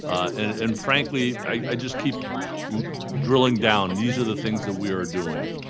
and and frankly, i just keep drilling down. these are the things that we are doing.